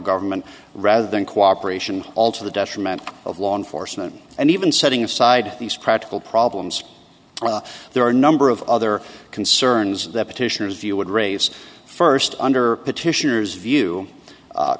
government rather than cooperation all to the detriment of law enforcement and even setting aside these practical problems there are a number of other concerns that petitioners view would raise first under petitioners view